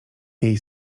jej